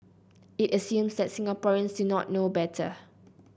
it assumes that Singaporeans do not know better